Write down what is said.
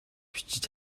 бичиж